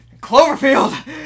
Cloverfield